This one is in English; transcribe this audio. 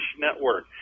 Network